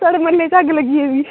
साढ़े म्हल्ले च अग्ग लगी गेदी